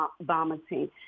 vomiting